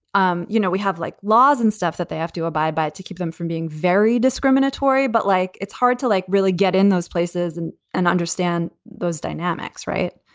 um you know, we have like laws and stuff that they have to abide by to keep them from being very discriminatory. but like, it's hard to, like, really get in those places and and understand those dynamics. right.